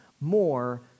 more